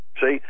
See